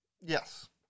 Yes